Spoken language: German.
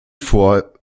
vor